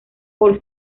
por